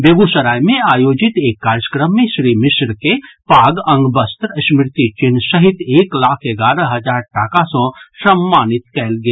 बेगूसराय मे आयोजित एक कार्यक्रम मे श्री मिश्र के पाग अंग वस्त्र स्मृति चिन्ह सहित एक लाख एगारह हजार टाका सँ सम्मानित कयल गेल